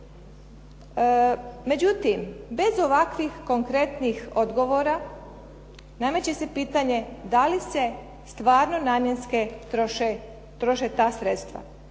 Međutim, bez ovakvih konkretnih odgovora nameće se pitanje da li se stvarno namjenski troše ta sredstva?